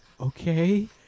Okay